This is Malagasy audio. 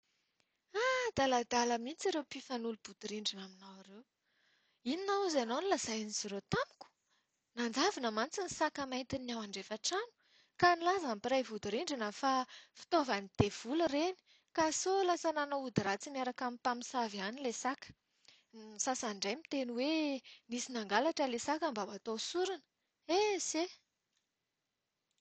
Adaladala mihintsy ireo mpifanolo-bodirindrina aminao ireo! Inona hozy ianao no nolazain’izy ireo tamiko? Nanjavona mantsy ny saka maintin'ny ao andrefan-trano, ka nilaza ny mpiray vodirindrina fa fitaovan'ny devoly ireny ka sao lasa nanao ody ratsy miaraka amin'ny mpamosavy ilay saka! Ny sasany indray miteny hoe nisy nangalatra ilay saka mba ho atao sorona! Esy eh!